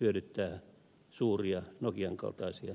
hyödyttää suuria nokian kaltaisia yrityksiä